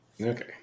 Okay